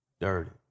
dirty